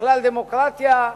בכלל, דמוקרטיה,